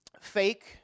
fake